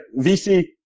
VC